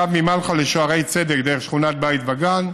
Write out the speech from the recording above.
קו ממלחה לשערי צדק דרך שכונת בית וגן,